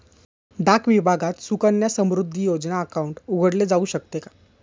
डाक विभागात सुकन्या समृद्धी योजना अकाउंट उघडले जाऊ शकते का?